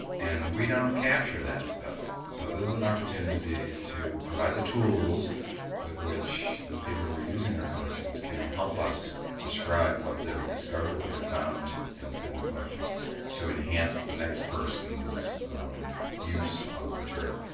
and we don't capture that stuff. so this is an opportunity to provide the tools with which the people who are using our collections can help us describe what they've discovered, what they found and in the collections to enhance the next person's use of the material.